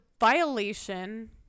violation